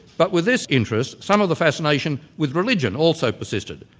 but with this interest, some of the fascination with religion also persisted.